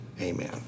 amen